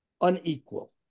unequal